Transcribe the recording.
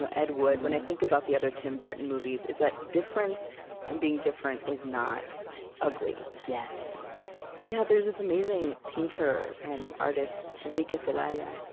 so ed wood, when i think about the other tim burton movies is that difference and being different is not ugly yes yeah, there's this amazing painter and artist, enrique celaya,